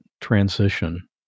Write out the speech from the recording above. transition